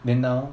then now